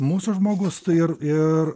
mūsų žmogus tai ir ir